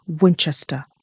Winchester